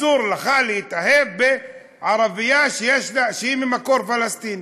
אסור לך להתאהב בערבייה שהיא ממקור פלסטיני,